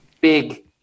big